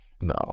no